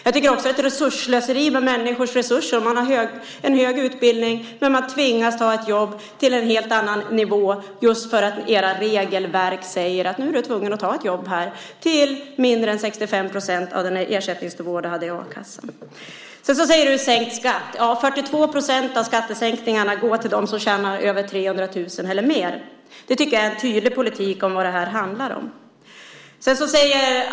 Det är också ett resursslöseri med människors resurser. Man har en hög utbildning men tvingas ta ett jobb på en helt annan nivå just för att era regelverk säger det. Nu är du tvungen att ta ett jobb till mindre än 65 % av den ersättningsnivå du hade i a-kassan. Du talar om sänkt skatt. 42 % av skattesänkningarna går till dem som tjänar över 300 000 kr eller mer. Det är en tydlig politik och visar vad det handlar om.